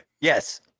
Yes